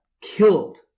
killed